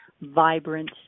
vibrant